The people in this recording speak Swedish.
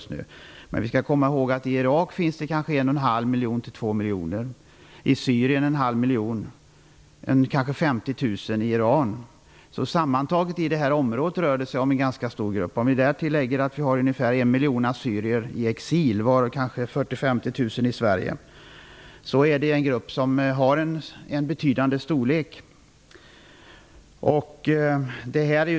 Vi skall dock komma ihåg att det i Irak finns 1,5-2 miljoner assyrier, i Syrien 0,5 miljon och i Iran kanske 50 000. Sammantaget rör det sig om en ganska stor grupp i det här området. Därtill kommer att ungefär 1 miljon assyrier lever i exil, varav kanske 40 000-50 000 i Sverige. Det är således en grupp av betydande storlek.